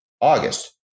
August